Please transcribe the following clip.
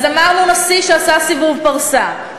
אז אמרנו נשיא שעשה סיבוב פרסה,